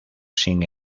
sin